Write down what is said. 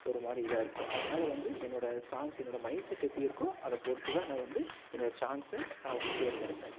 ஒரு மாதிரி இதாக இருக்கும் அதனால் வந்து என்னோடய சாங்ஸ் என்னோடய மைண்ட் செட் எப்படி இருக்கோ அதை பொறுத்து தான் நான் வந்து என்னோடய சாங்ஸை நான் வந்து தேர்ந்தெடுப்பேன்